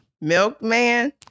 Milkman